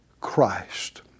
Christ